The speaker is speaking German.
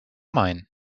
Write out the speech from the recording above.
main